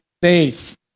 faith